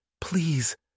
Please